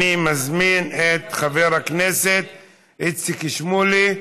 הצעות לסדר-היום שמספרן 8732,